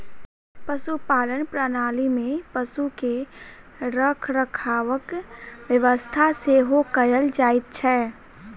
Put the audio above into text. पशुपालन प्रणाली मे पशु के रखरखावक व्यवस्था सेहो कयल जाइत छै